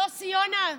יוסי יונה,